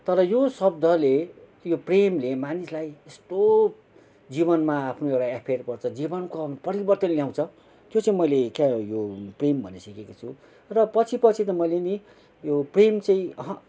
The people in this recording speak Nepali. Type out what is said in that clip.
तर यो शब्दले यो प्रेमले मानिसलाई यस्तो जीवनमा आफ्नो एउटा एफेर पर्छ जीवनको परिवर्तन ल्याउँछ त्यो चाहिँ मैले क्या यो प्रेम भने सिकेको छु र पछि पछि त मैले नि यो प्रेम चाहिँ अहँ